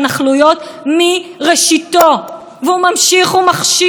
והוא השכפ"ץ של מדינת ישראל בפני בית הדין הבין-לאומי בהאג.